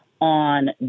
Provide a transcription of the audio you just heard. on